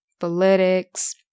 politics